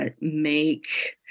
make